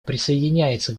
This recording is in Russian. присоединяется